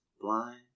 blind